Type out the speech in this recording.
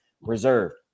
reserved